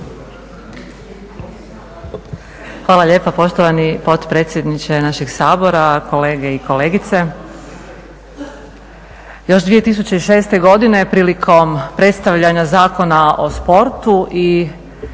Hvala lijepa poštovani gospodine potpredsjedniče našeg Sabora. Kolegice i kolege. Još 2006.godine prilikom predstavljanja Zakona o sportu i